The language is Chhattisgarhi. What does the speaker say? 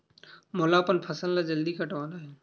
मोला अपन फसल ला जल्दी कटवाना हे?